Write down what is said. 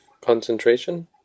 concentration